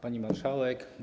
Pani Marszałek!